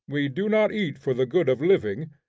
we do not eat for the good of living,